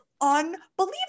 unbelievable